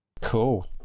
cool